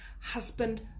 husband